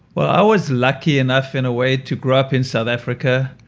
well, i was lucky enough in a way to grow up in south africa.